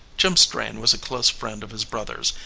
jim strain was a close friend of his brother's,